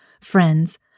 Friends